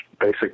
basic